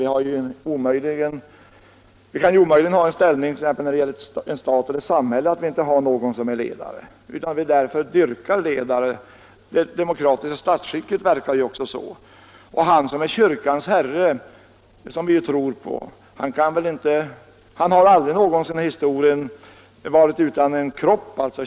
Vi kan ju omöjligen vara utan ledare i t.ex. stat eller samhälle, men därför dyrkar vi ingalunda ledare. Det demokratiska statsskicket verkar på det sättet. Kyrkans Herre, som vi tror på, har aldrig i historien varit utan kropp.